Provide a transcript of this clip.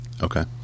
Okay